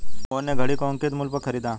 मोहन ने घड़ी को अंकित मूल्य पर खरीदा